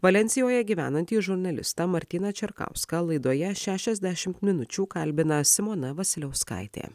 valensijoje gyvenantį žurnalistą martyną čerkauską laidoje šešiasdešimt minučių kalbina simona vasiliauskaitė